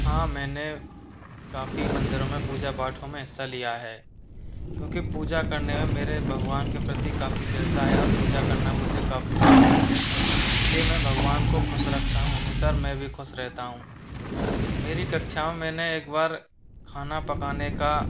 हाँ मैंने काफ़ी मंदिरो में पूजा पाठों में हिस्सा लिया है क्योंकि पूजा करने में मेरे भगवान के प्रति काफ़ी श्रद्धा है और पूजा करना मुझे काफ़ी पसंद है इसलिए मैं भगवान को ख़ुश रखता हूँ हमेशा और मैं भी खुश रेहता हूँ मेरी कक्षा में मैंने एक बार खाना पकाने का